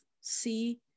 see